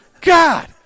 God